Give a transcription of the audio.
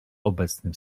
obecnym